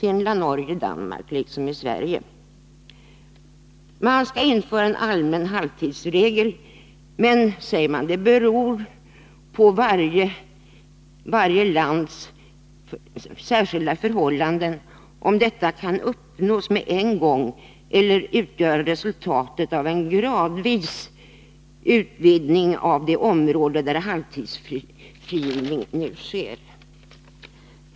Kommittén vill alltså att en allmän halvtidsregel skall införas. Men, säger man, det beror på varje lands särskilda förhållanden om detta kan uppnås med en gång eller utgöra resultatet av en gradvis utvidgning av det område där halvtidsfrigivning nu sker.